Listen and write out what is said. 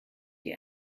die